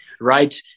right